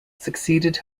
succeeded